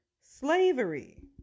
Slavery